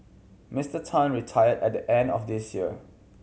Mister Tan retired at the end of this year